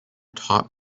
top